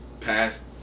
past